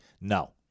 no